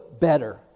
better